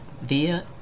via